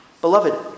Beloved